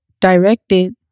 directed